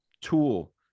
tool